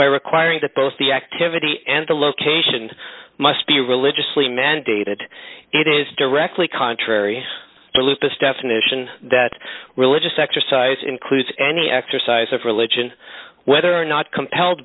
by requiring that both the activity and the location must be religiously mandated it is directly contrary to lupus definition that religious exercise includes any exercise of religion whether or not compelled